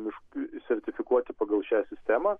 miškai sertifikuoti pagal šią sistemą